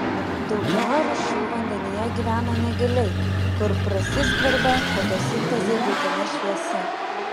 dauguma rūšių vandenyje gyvena negiliai kur prasiskverbia fotosintezei būtina šviesa